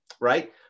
Right